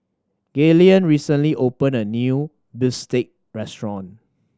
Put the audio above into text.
Gaylen recently opened a new bistake restaurant